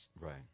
Right